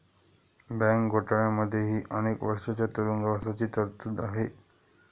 bank घोटाळ्यांमध्येही अनेक वर्षांच्या तुरुंगवासाची तरतूद आहे